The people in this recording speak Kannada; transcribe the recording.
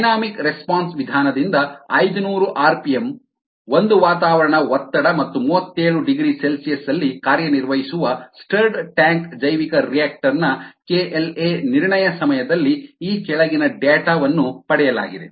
ಡೈನಾಮಿಕ್ ರೆಸ್ಪಾನ್ಸ್ ವಿಧಾನದಿಂದ ಐದನೂರು ಆರ್ಪಿಎಂ ಒಂದು ವಾತಾವರಣದ ಒತ್ತಡ ಮತ್ತು 37 ಡಿಗ್ರಿ ಸಿ ಯಲ್ಲಿ ಕಾರ್ಯನಿರ್ವಹಿಸುವ ಸ್ಟರ್ಡ್ ಟ್ಯಾಂಕ್ ಜೈವಿಕರಿಯಾಕ್ಟರ್ ನ KLa ನಿರ್ಣಯ ಸಮಯದಲ್ಲಿ ಈ ಕೆಳಗಿನ ಡೇಟಾ ವನ್ನು ಪಡೆಯಲಾಗಿದೆ